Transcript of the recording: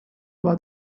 war